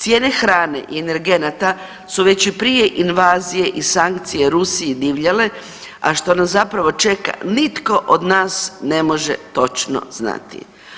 Cijene hrane i energenata su već i prije invazije i sankcije Rusiji divljale, a što nas zapravo čeka nitko od nas ne može točno znati.